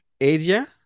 Asia